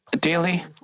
daily